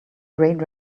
great